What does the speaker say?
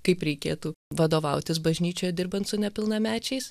kaip reikėtų vadovautis bažnyčioj dirbant su nepilnamečiais